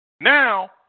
now